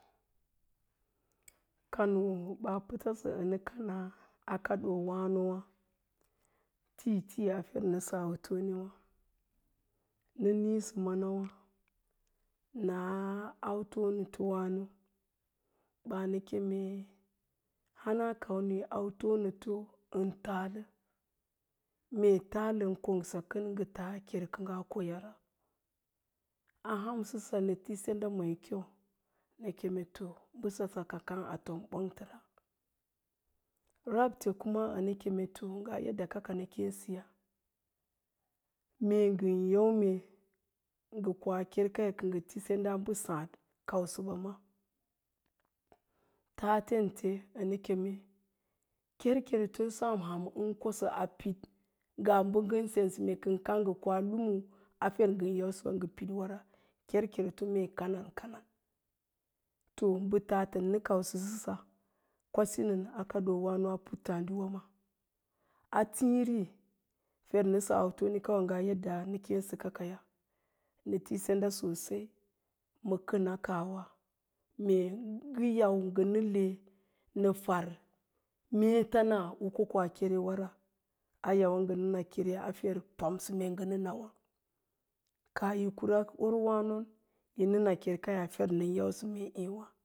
Kanoo ɓaa pətasə ənə kana a kaɗoowánowá, tiitii a fer nəsə autonewə́, na’ niisə manawá, naa autənotowáno ɓaanə keme, hana kamni autonoto ən taalə, mee yi taatən kongsa kən, ngə taa ker kə ngaa koyara, a han səsa nə ti sendan mai kya nə kem bəsəsa kə káa atom bong təra, rabte kuma ənə kééto ngaa yadda kaka nə kéesəya, me ngən yau mee kə ngə koa kerkaya kə ngə ti senda a mbə sáád, kausə kaba, tatənte ənə keme ker kerto sem bəam ən kosaa a pid ngaa bə sensə kə ngə káá ngə koa lumu a fer ngən yausə kə ngə piɗwara, kerkerto mee kanan kanan, to mbə tatən nə kausəsa kwasi nən a kaɗoowáno a puttááɗiwa maa, a tííri fer nəsə autokawa ngaa yaɗɗa nə kéésə kakaya, nə ti senda sosai ma kəna kaahwa, mee ngə yau ngə nə le nə far meetana u koko a kerewara, a yau ngə nə na kere a fer pamsə mee kə ngə nə nawá. Kaa yi kora orwánon yi nə na ker kayan a fer nən yausə mee áwá